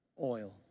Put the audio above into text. oil